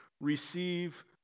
receive